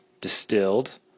distilled